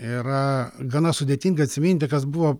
yra gana sudėtinga atsiminti kas buvo